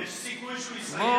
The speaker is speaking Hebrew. יש סיכוי שהוא יסיים,